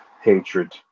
hatred